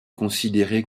considéré